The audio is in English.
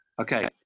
Okay